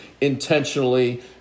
intentionally